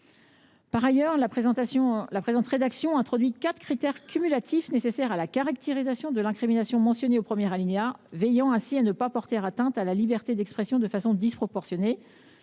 Par ailleurs, la présente rédaction introduit quatre critères cumulatifs nécessaires à la caractérisation de l’incrimination mentionnée au premier alinéa. Nous veillons ainsi à ne pas porter atteinte à la liberté d’expression de façon disproportionnée